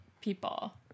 people